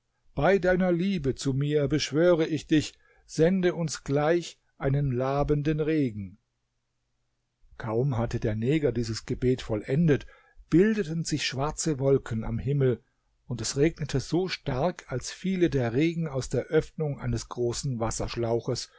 bei deiner liebe zu mir beschwöre ich dich sende uns gleich einen labenden regen kaum hatte der neger dieses gebet vollendet bildeten sich schwarze wolken am himmel und es regnete so stark als fiele der regen aus der öffnung eines großen wasserschlauches